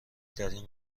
ترین